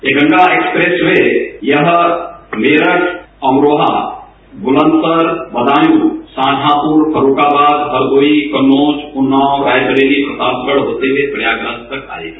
यह Ganga expressway यह मेरठ अमरोहा बुलंदशहर बदायू शाहजहाँपुर फर्रुखाबाद हरदोई कन्नौज उन्नाव रायबरेली प्रतापगढ़ होते हए प्रयागराज तक आएगी